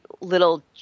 little